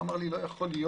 אמר לי: לא ייתכן.